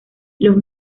los